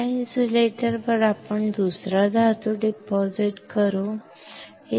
या इन्सुलेटरवर आपण दुसरा धातू डिपॉझिट करू शकतो